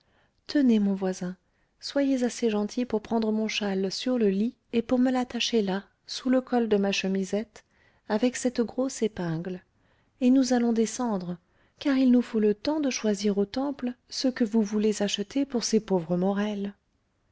tenez mon voisin soyez assez gentil pour prendre mon châle sur le lit et pour me l'attacher là sous le col de ma chemisette avec cette grosse épingle et nous allons descendre car il nous faut le temps de choisir au temple ce que vous voulez acheter pour ces pauvres morel